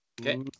Okay